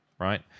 right